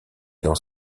dans